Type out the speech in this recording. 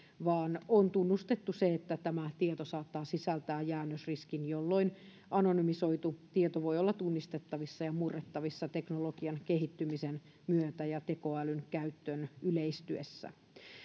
vaan on tunnustettu se että tämä tieto saattaa sisältää jäännösriskin jolloin anonymisoitu tieto voi olla tunnistettavissa ja murrettavissa teknologian kehittymisen myötä ja tekoälyn käytön yleistyessä